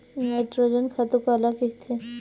Nitrogen खातु काला कहिथे?